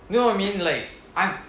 know what I mean like I'm